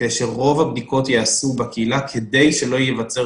כדי שרוב הבדיקות ייעשו בקהילה כדי שלא ייווצר